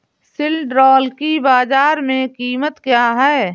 सिल्ड्राल की बाजार में कीमत क्या है?